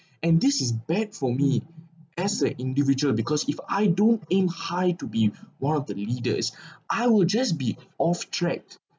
and this is bad for me as an individual because if I do in high to be one of the leaders I will just be off track